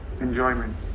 enjoyment